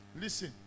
Listen